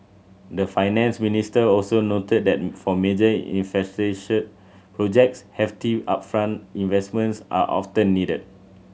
the Finance Minister also noted that for major projects hefty upfront investments are often needed